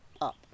up